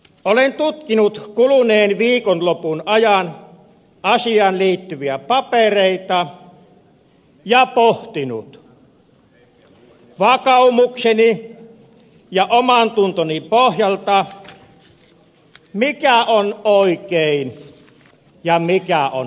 olen tutkinut kuluneen viikonlopun ajan asiaan liittyviä papereita ja pohtinut vakaumukseni ja omantuntoni pohjalta mikä on oikein ja mikä on väärin